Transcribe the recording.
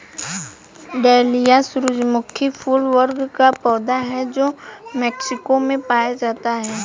dahlia सूरजमुखी फूल वर्ग का पौधा है जो मेक्सिको में पाया जाता है